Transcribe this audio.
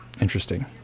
interesting